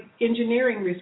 engineering